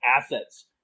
assets